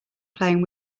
playing